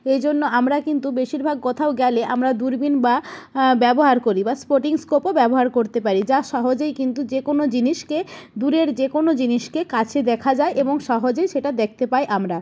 এই জন্য আমরা কিন্তু বেশিরভাগ কোথাও গেলে আমরা দূরবীন বা ব্যবহার করি বা স্পটিং স্কোপও ব্যবহার করতে পারি যা সহজেই কিন্তু যে কোনো জিনিসকে দূরের যে কোনো জিনিসকে কাছে দেখা যায় এবং সহজে সেটা দেখতে পাই আমরা